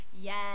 yes